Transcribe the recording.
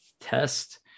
test